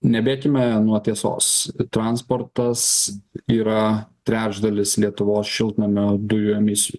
nebėkime nuo tiesos transportas yra trečdalis lietuvos šiltnamio dujomis